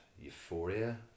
euphoria